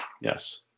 Yes